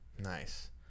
Nice